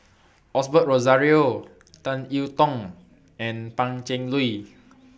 Osbert Rozario Tan I Tong and Pan Cheng Lui